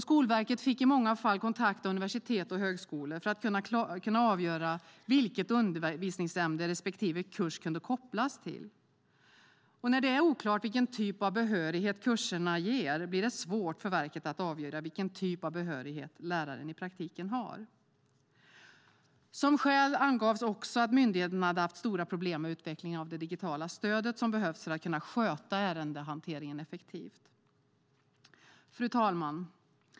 Skolverket fick i många fall kontakta universitet och högskolor för att kunna avgöra vilket undervisningsämne en kurs kunde kopplas till. När det är oklart vilken typ av behörighet kurserna ger, blir det svårt för verket att avgöra vilken typ av behörighet läraren i praktiken har. Myndigheten angav också att man hade haft stora problem med utvecklingen av det digitala stöd som behövs för att kunna sköta ärendehanteringen effektivt. Fru talman!